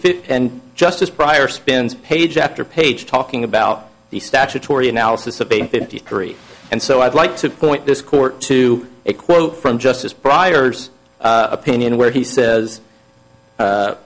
fifty and justice pryor spins page after page talking about the statutory analysis of a fifty three and so i'd like to point this court to a quote from justice prior's opinion where he says